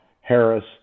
Harris